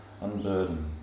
unburden